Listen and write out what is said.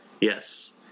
Yes